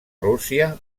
rússia